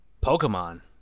Pokemon